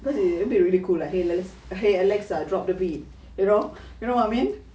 because it be really cool lah hey Alex~ hey Alexa drop the beat you know you know what I mean